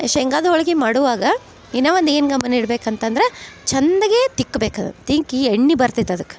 ಶೇಂಗದ ಹೋಳಿಗಿ ಮಾಡುವಾಗ ಇನ್ನ ಒಂದು ಏನು ಗಮನ ಇಡ್ಬೇಕು ಅಂತಂದ್ರ ಚಂದಗೆ ತಿಕ್ಬೇಕು ಅದನ್ನ ತಿಕ್ಕಿ ಎಣ್ಣೆ ಬರ್ತೈತೆ ಅದಕ್ಕೆ